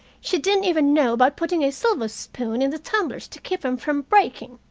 she didn't even know about putting a silver spoon in the tumblers to keep em from breaking.